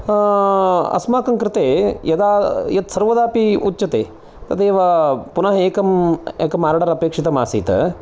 अस्माकं कृते यदा यत् सर्वदापि उच्यते तदेव पुनः एकम् एकम् आर्डर् अपेक्षितम् आसीत्